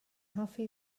hoffi